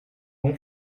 bon